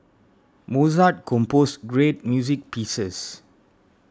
Mozart composed great music pieces